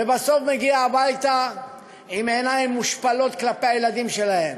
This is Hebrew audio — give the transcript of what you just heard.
ובסוף מגיע הביתה עם עיניים מושפלות כלפי הילדים שלו,